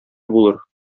булыр